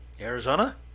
Arizona